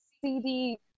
cd